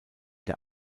der